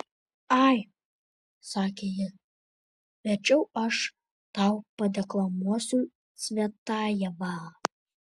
ai sakė ji verčiau aš tau padeklamuosiu cvetajevą